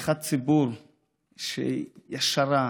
שליחת ציבור שהיא ישרה,